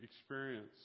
experience